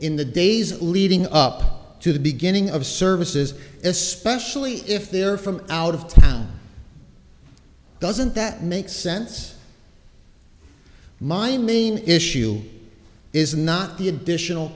in the days leading up to the beginning of services especially if they're from out of town doesn't that make sense my main issue is not the additional